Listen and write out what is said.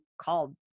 called